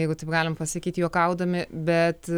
jeigu taip galim pasakyt juokaudami bet